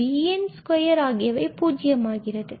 பின்பு bn2 ஆகியவை பூஜ்ஜியம் ஆகிறது